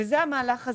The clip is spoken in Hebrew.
וזה המהלך,